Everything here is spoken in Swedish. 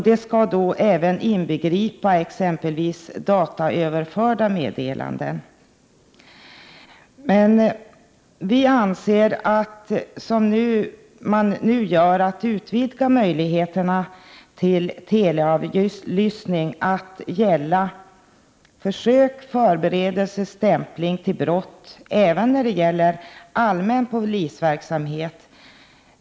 Det skall även inbegripa exempelvis dataöverförda meddelanden. Möjligheterna när det gäller teleavlyssning utvidgas nu till att gälla försök, förberedelser och stämpling till brott även när det gäller allmän polisverksamhet.